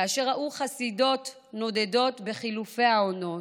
כאשר ראו חסידות נודדות בחילופי העונות,